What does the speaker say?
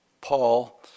Paul